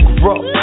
grow